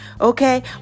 okay